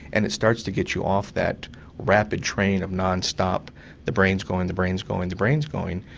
and it starts to get you off that rapid train of non-stop the brain's going, the brain's going, the brain's going,